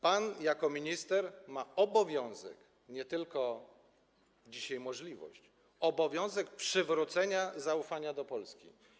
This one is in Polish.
Pan jako minister ma obowiązek, nie tylko dzisiaj możliwość, ale obowiązek, przywrócenia zaufania do Polski.